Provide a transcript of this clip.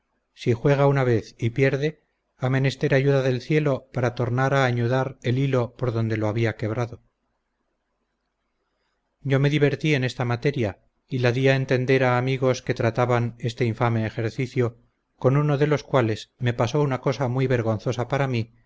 si juega una vez y pierde ha menester ayuda del cielo para tornar a añudar el hilo por donde lo había quebrado yo me divertí en esta materia y la dí a entender a amigos que trataban este infame ejercicio con uno de los cuales me pasó una cosa muy vergonzosa para mí